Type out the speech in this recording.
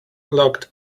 locked